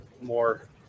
more